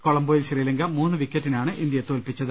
കൊളംബോയിൽ ശ്രീലങ്ക മൂന്നു വിക്കറ്റിനാണ് ഇന്ത്യയെ തോല്പിച്ചത്